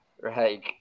Right